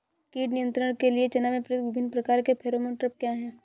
कीट नियंत्रण के लिए चना में प्रयुक्त विभिन्न प्रकार के फेरोमोन ट्रैप क्या है?